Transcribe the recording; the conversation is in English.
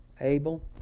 Abel